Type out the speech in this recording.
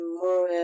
more